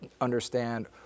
understand